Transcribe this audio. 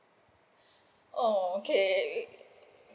oh okay